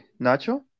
Nacho